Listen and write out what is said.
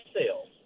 sales